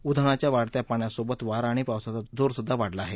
उधाणाच्या वाढत्या पाण्यासोबत वारा आणि पावसाचा जोरसुद्धा वाढला आहे